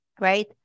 Right